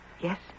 Yes